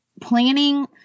planning